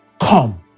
come